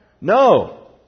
No